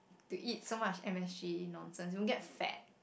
to eat so much M_S_G nonsense you will get fat